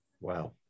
Wow